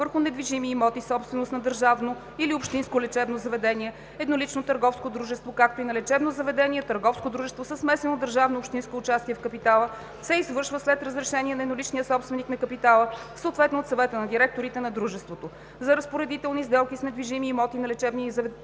върху недвижими имоти, собственост на държавно или общинско лечебно заведение – еднолично търговско дружество, както и на лечебно заведение – търговско дружество със смесено държавно и общинско участие в капитала, се извършва след разрешение на едноличния собственик на капитала, съответно от Съвета на директорите на дружеството. За разпоредителни сделки с недвижими имоти на лечебните заведения